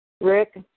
Rick